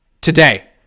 today